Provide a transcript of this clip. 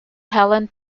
helen